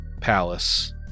palace